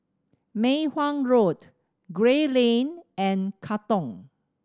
Mei Hwan Road Gray Lane and Katong